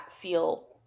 feel